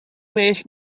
well